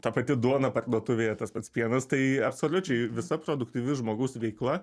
ta pati duona parduotuvėje tas pats pienas tai absoliučiai visa produktyvi žmogaus veikla